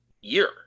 year